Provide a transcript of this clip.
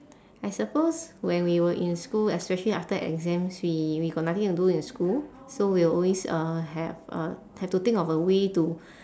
I suppose when we were in school especially after exams we we got nothing to do in school so we will always uh have uh have to think of a way to